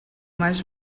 mais